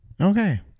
Okay